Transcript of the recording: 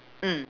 mm